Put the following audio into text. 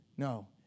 No